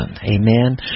Amen